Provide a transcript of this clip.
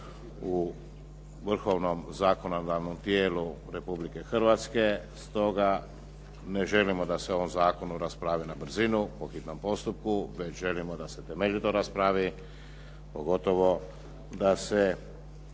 u vrhovnom zakonodavnom tijelu Republike Hrvatske, stoga ne želimo da se o ovom zakonu raspravi na brzinu po hitnom postupku, već želimo da se temeljito raspravi, pogotovo da se